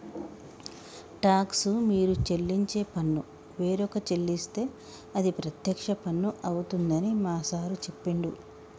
talks మీరు చెల్లించే పన్ను వేరొక చెల్లిస్తే అది ప్రత్యక్ష పన్ను అవుతుందని మా సారు చెప్పిండు